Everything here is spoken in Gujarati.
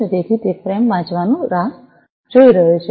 તેથી તે ફ્રેમ વાંચવાની રાહ જોઈ રહ્યું છે અને